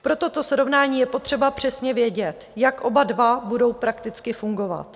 Pro toto srovnání je potřeba přesně vědět, jak oba dva budou prakticky fungovat.